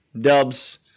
Dubs